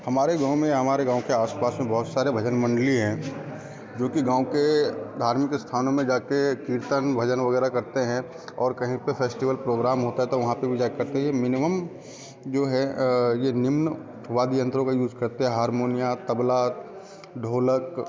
हमारे गाँव में हमारे गाँव के आसपास में बहुत सारे भजन मंडली हैं जो कि गाँव के धार्मिक स्थानों में जा के कीर्तन भजन वगैरह करते हैं और कहीं पे फेस्टिवल प्रोग्राम होता है तो वहाँ पे भी जा करके ये मिनिमम जो है निम्न वाद्य यंत्रों का यूज़ करते हारमोनिया तबला ढोलक